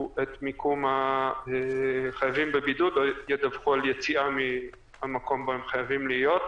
על מיקום החייבים בבידוד או על יציאה מהמקום בו הם חייבים להיות.